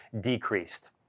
decreased